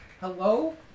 Hello